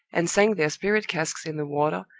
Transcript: and sank their spirit casks in the water,